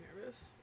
nervous